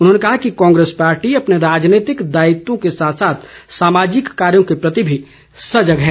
उन्होंने कहा कि कांग्रेस पार्टी अपने राजनीतिक दायित्व के साथ साथ सामाजिक कार्यो के प्रति भी सजग है